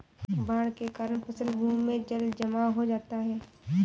बाढ़ के कारण फसल भूमि में जलजमाव हो जाता है